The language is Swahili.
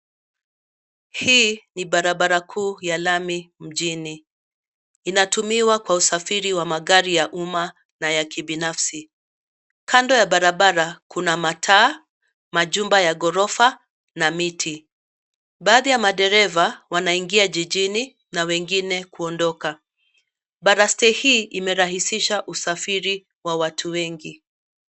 Hii ni barabara kuu ya lami mjini, inatumiwa kwa usafiri wa magari ya umma na ya kibinafsi. Kando ya barabara, kuna mataa, majumba ya ghorofa na miti. Baadhi ya madereva, wanaingia jijini na wengine kuondoka. Baraste hii imerahisisha usafiri wa watu wengi.